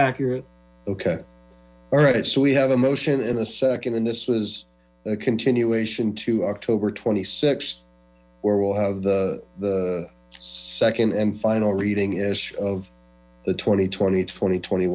accurate ok all right so we have a motion in a second and this was a continuation to october twenty six where we'll have the the second and final reading is of the twenty twenty twenty twenty